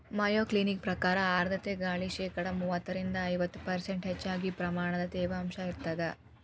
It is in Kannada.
ಮಯೋಕ್ಲಿನಿಕ ಪ್ರಕಾರ ಆರ್ಧ್ರತೆ ಗಾಳಿ ಶೇಕಡಾ ಮೂವತ್ತರಿಂದ ಐವತ್ತು ಪರ್ಷ್ಂಟ್ ಹೆಚ್ಚಗಿ ಪ್ರಮಾಣದ ತೇವಾಂಶ ಇರತ್ತದ